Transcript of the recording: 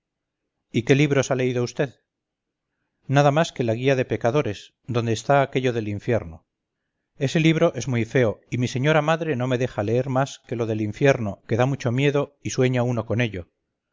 y qué libros ha leído vd nada más que la guía de pecadores donde está aquello del infierno ese libro es muy feo y mi señora madre no me dejaba leer más que lo del infierno que da mucho miedo y sueña uno con ello